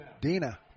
Dina